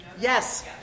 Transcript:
Yes